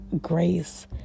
grace